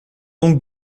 donc